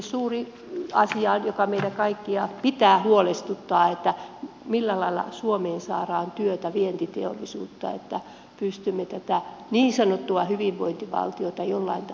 suuri asia minkä meitä kaikkia pitää huolestuttaa on että millä lailla suomeen saadaan työtä vientiteollisuutta niin että pystymme tätä niin sanottua hyvinvointivaltiota jollain tapaa pitämään yllä